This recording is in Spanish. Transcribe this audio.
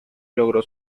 logró